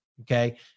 Okay